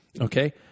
Okay